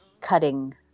cutting